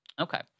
Okay